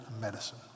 medicine